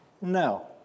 No